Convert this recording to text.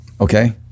Okay